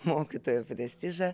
mokytojo prestižą